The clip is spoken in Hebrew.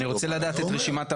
אני רוצה לדעת את רשימת הרשויות.